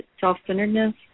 self-centeredness